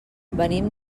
venim